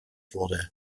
wurde